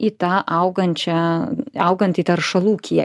į tą augančią augantį teršalų kiekį